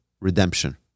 redemption